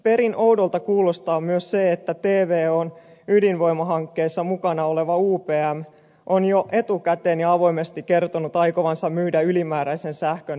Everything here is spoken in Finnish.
perin oudolta kuulostaa myös se että tvon ydinvoimahankkeessa mukana oleva upm on jo etukäteen ja avoimesti kertonut aikovansa myydä ylimääräisen sähkön markkinoille